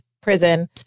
prison